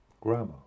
Grammar